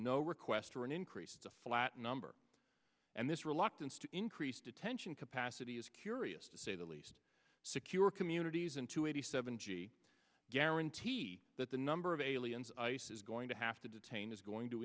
no request for an increase to flat number and this reluctance to increase detention capacity is curious to say the least secure communities into eighty seven g guarantee that the number of aliens ice is going to have to detain is going to